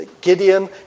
Gideon